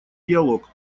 диалог